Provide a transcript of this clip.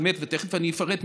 תכף אני אפרט,